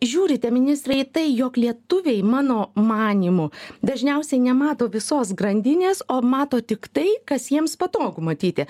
žiūrite ministrai į tai jog lietuviai mano manymu dažniausiai nemato visos grandinės o mato tik tai kas jiems patogu matyti